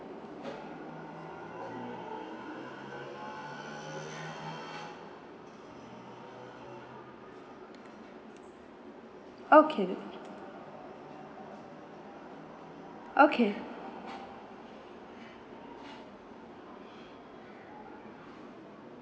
okay okay